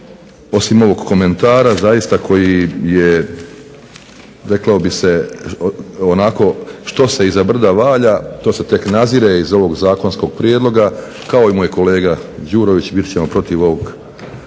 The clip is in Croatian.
osim ovog komentara zaista koji je reklo bi se što se iza brda valja to se tek nadzire iza ovog zakonskog prijedloga kao i moj kolega Đurović bit ćemo protiv ovog